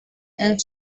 and